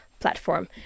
platform